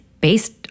based